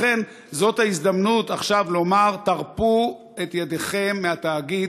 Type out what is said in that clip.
לכן זאת ההזדמנות עכשיו לומר: תרפו את ידיכם מהתאגיד.